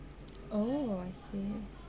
oh I see